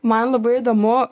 man labai įdomu